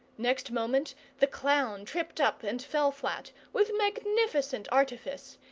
next moment the clown tripped up and fell flat, with magnificent artifice,